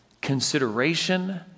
consideration